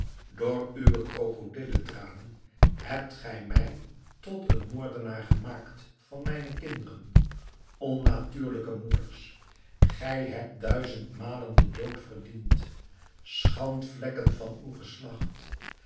door uwe krokodillentranen hebt gij mij tot een moordenaar gemaakt van mijne kinderen onnatuurlijke moeders gij hebt duizendmalen den dood verdiend schandvlekken van uw geslacht